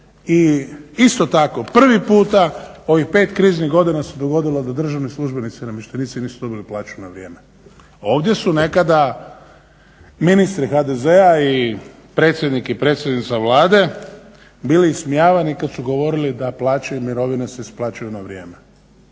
I isto tako prvi puta u ovih 5 kriznih godina se dogodilo da državni službenici i namještenici nisu dobili plaću na vrijeme. Ovdje su nekada ministri HDZ-a, i predsjednik i predsjednica Vlade bili ismijavani kad su govorili da plaće i mirovine se isplaćuju na vrijeme.